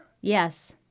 Yes